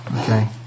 Okay